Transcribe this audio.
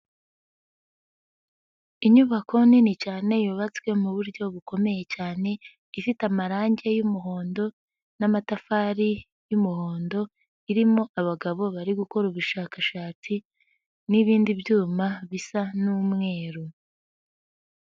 Inyubako nini cyane yubatswe mu buryo bukomeye cyane ifite amarangi y'umuhondo n'amatafari y'umuhondo, irimo abagabo bari gukora ubushakashatsi n'ibindi byuma bisa n'umweru.